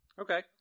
Okay